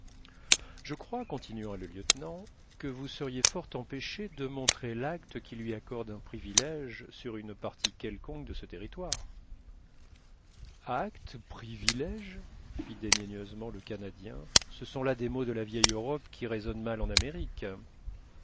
je crois continua le lieutenant que vous seriez fort empêché de montrer l'acte qui lui accorde un privilège sur une partie quelconque de ce territoire actes privilèges fit dédaigneusement le canadien ce sont là des mots de la vieille europe qui résonnent mal en amérique